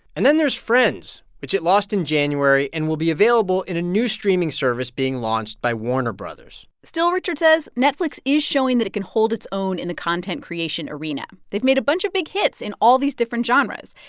and then there's friends, which it lost in january and will be available in a new streaming service being launched by warner bros still, richard says netflix is showing that it can hold its own in the content creation arena. they've made a bunch of big hits in all these different genres,